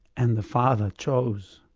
and the father chose.